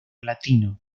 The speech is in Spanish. latino